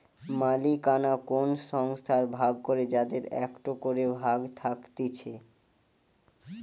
মালিকানা কোন সংস্থার ভাগ করে যাদের একটো করে ভাগ থাকতিছে